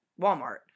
Walmart